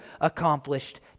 accomplished